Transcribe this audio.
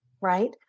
right